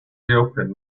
reopen